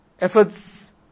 efforts